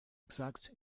exact